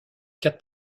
quatre